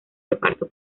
reparto